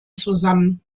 zusammen